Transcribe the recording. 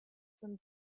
sind